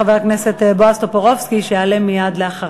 חבר הכנסת בועז טופורובסקי יעלה מייד אחריו.